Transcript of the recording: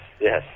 Yes